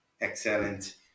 excellent